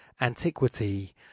antiquity